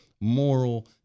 moral